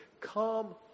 come